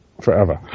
forever